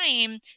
time